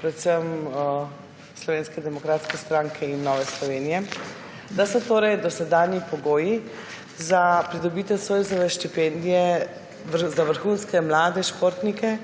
predvsem Slovenske demokratske stranke in Nove Slovenije, so dosedanji pogoji za pridobitev Zoisove štipendije za vrhunske mlade športnike